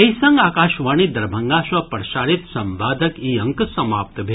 एहि संग आकाशवाणी दरभंगा सँ प्रसारित संवादक ई अंक समाप्त भेल